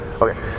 Okay